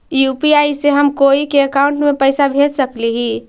UPI से हम कोई के अकाउंट में पैसा भेज सकली ही?